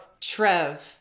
Trev